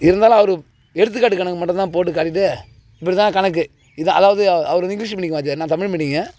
இருந்தாலும் அவர் எடுத்துக்காட்டு கணக்கு மட்டுந்தான் போட்டு காட்டிவிட்டு இப்படி தான் கணக்கு இது அதாவது அவ் அவர் வந்து இங்க்லீஷ் மீடிங் வாத்தியார் நான் தமிழ் மீடியம்ங்க